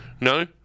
No